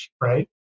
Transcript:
right